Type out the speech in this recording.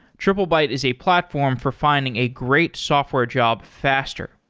triplebyte is a platform for finding a great software job faster.